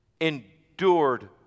endured